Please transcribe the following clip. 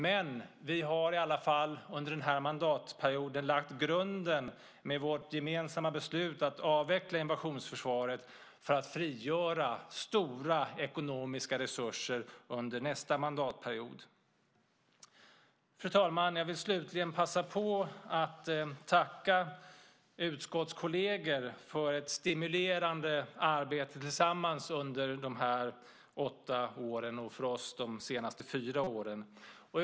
Men vi har i alla fall under denna mandatperiod lagt grunden, med vårt gemensamma beslut att avveckla invasionsförsvaret, för att frigöra stora ekonomiska resurser under nästa mandatperiod. Fru talman! Jag vill slutligen passa på att tacka mina utskottskolleger för ett stimulerande arbete tillsammans under de här åtta åren, och för oss de senaste fyra åren.